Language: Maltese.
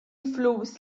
flus